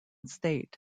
state